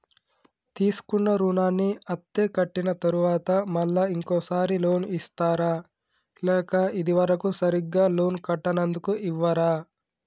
తీసుకున్న రుణాన్ని అత్తే కట్టిన తరువాత మళ్ళా ఇంకో సారి లోన్ ఇస్తారా లేక ఇది వరకు సరిగ్గా లోన్ కట్టనందుకు ఇవ్వరా?